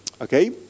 Okay